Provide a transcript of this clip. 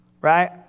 Right